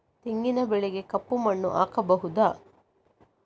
ತೆಂಗಿನ ಬೆಳೆಗೆ ಕಪ್ಪು ಮಣ್ಣು ಆಗ್ಬಹುದಾ?